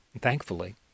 Thankfully